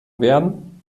werden